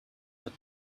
but